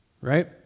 right